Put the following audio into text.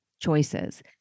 choices